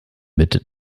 mit